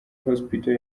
hospital